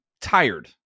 tired